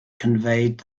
conveyed